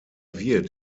wird